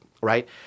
Right